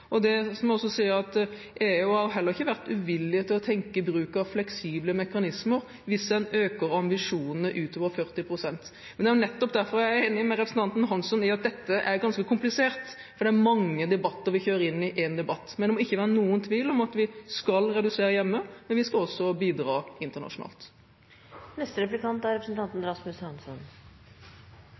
jeg også si at EU har heller ikke vært uvillig til å tenke bruk av fleksible mekanismer hvis en øker ambisjonene utover 40 pst. Men det er nettopp derfor jeg er enig med representanten Hansson i at dette er ganske komplisert, for det er mange debatter vi kjører inn i én debatt. Det må ikke være noen tvil om at vi skal redusere hjemme, men vi skal også bidra